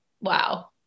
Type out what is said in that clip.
wow